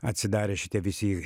atsidarė šitie visi